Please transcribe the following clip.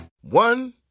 One